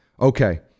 okay